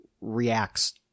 reacts